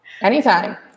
Anytime